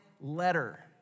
letter